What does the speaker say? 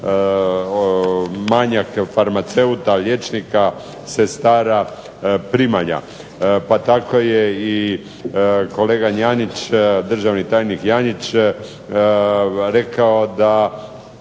manjak farmaceuta, liječnika, sestara, primalja. Pa tako je i državni tajnik Janjić rekao da